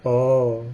orh